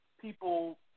people